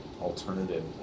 alternative